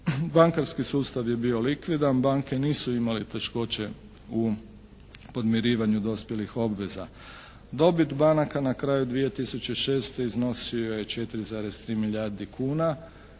Bankarski sustav je bio likvidan, banke nisu imale teškoće u podmirivanju dospjelih obveza. Dobit banaka na kraju 2006. iznosio je 4,3 milijardi kuna